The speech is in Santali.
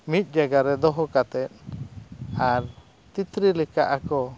ᱢᱤᱫ ᱡᱟᱭᱜᱟ ᱨᱮ ᱫᱚᱦᱚ ᱠᱟᱛᱮᱫ ᱟᱨ ᱛᱤᱛᱨᱤ ᱞᱮᱠᱟ ᱟᱠᱚ